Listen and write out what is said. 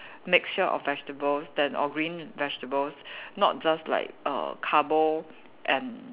mixture of vegetables then or green vegetables not just like err carbo and